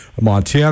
Montana